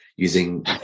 using